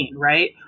right